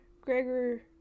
Gregor